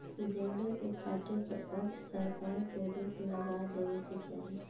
जंगल के काटे पर अब सरकार के रोक लगा देवे के चाही